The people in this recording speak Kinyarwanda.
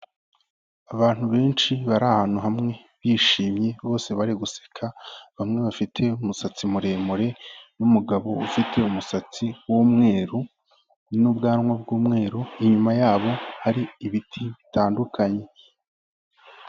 Abantu benshi bari ahantu hamwe bishimye bose bari guseka, bamwe bafite umusatsi muremure n'umugabo ufite umusatsi w'umweru n'ubwanwa bw'umweru, inyuma yabo hari ibiti bitandukanye.